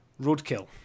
roadkill